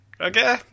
Okay